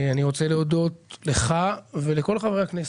אני רוצה להודות לך ולכל חברי הכנסת,